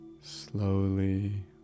slowly